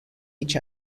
each